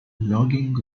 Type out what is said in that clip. logging